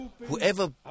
Whoever